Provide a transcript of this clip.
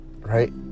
right